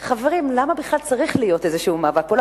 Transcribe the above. חברים, למה בכלל צריך להיות איזשהו מאבק פה?